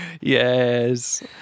Yes